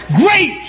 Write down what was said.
Great